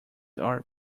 are